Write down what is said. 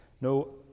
no